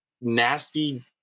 nasty